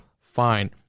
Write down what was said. fine